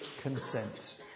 consent